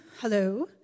hello